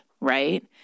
right